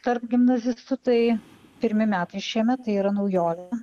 tarp gimnazistų tai pirmi metai šiemet tai yra naujovė